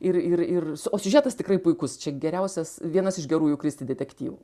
ir ir ir o siužetas tikrai puikus čia geriausias vienas iš gerųjų kristi detektyvų